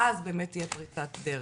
ואז באמת תהיה פריצת דרך.